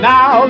Now